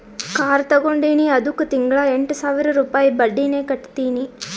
car ತಗೊಂಡಿನಿ ಅದ್ದುಕ್ ತಿಂಗಳಾ ಎಂಟ್ ಸಾವಿರ ರುಪಾಯಿ ಬಡ್ಡಿನೆ ಕಟ್ಟತಿನಿ